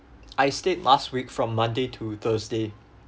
I stayed last week from monday to thursday